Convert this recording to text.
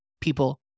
people